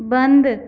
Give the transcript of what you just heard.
बंद